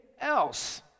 else